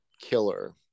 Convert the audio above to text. killer